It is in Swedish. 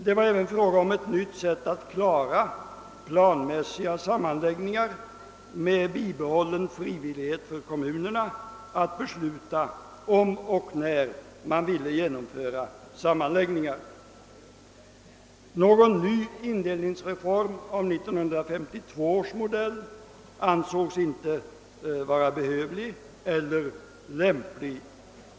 Det var även fråga om ett nytt sätt att klara planmässiga sammanläggningar med bibehållen frivillighet för kommunerna att besluta om och när man ville genomföra sammanläggningar. Någon ny indelningsreform av 1952 års modell ansågs inte vara behövlig eller lämplig.